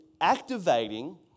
Activating